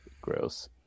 Gross